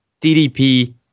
ddp